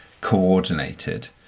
coordinated